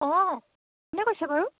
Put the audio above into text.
অঁ কোনে কৈছে বাৰু